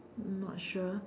not sure